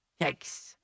Yikes